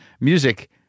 music